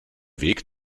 weg